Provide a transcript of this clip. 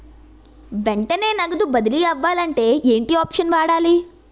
వెంటనే నగదు బదిలీ అవ్వాలంటే ఏంటి ఆప్షన్ వాడాలి?